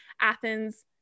Athens